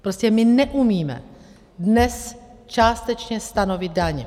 Prostě my neumíme dnes částečně stanovit daň.